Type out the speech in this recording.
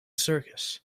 circus